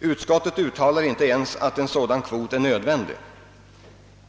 Utskottet uttalar inte ens att en sådan kvot är nödvändig.